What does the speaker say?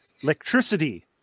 electricity